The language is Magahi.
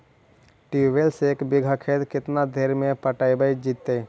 ट्यूबवेल से एक बिघा खेत केतना देर में पटैबए जितै?